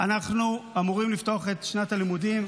בעוד חודש וחצי אנחנו אמורים לפתוח את שנת הלימודים,